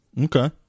Okay